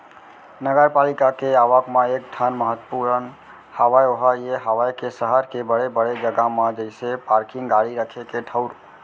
नगरपालिका के आवक म एक ठन महत्वपूर्न हवय ओहा ये हवय के सहर के बड़े बड़े जगा म जइसे पारकिंग गाड़ी रखे के ठऊर